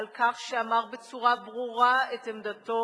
על כך שאמר בצורה ברורה את עמדתו,